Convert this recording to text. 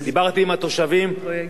תושבים נפלאים.